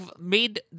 made